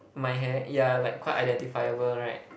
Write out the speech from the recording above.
my hair yeah like quite identifiable right